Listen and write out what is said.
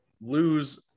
lose